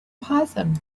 python